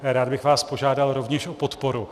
Rád bych vás požádal rovněž o podporu.